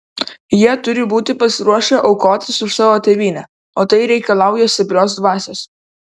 jie turi būti pasiruošę aukotis už savo tėvynę o tai reikalauja stiprios dvasios